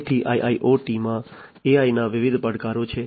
તેથી IIoT માં AI ના વિવિધ પડકારો છે